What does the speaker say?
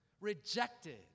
rejected